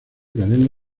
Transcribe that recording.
cadenas